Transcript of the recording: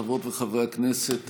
חברות וחברי הכנסת,